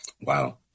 Wow